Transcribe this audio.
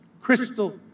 crystal